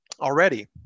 already